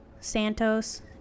Santos